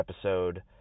episode